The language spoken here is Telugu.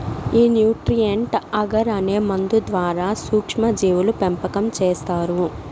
ఈ న్యూట్రీయంట్ అగర్ అనే మందు ద్వారా సూక్ష్మ జీవుల పెంపకం చేస్తారు